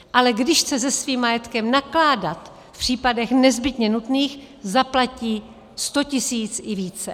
Ale když chce se svým majetkem nakládat v případech nezbytně nutných, zaplatí 100 tisíc i více.